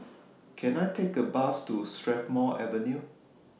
Can I Take A Bus to Strathmore Avenue